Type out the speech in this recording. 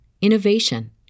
innovation